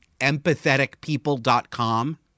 Empatheticpeople.com